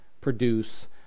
produce